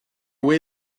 way